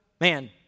man